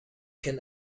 can